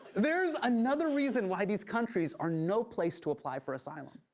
there's another reason why these countries are no place to apply for asylum.